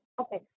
okay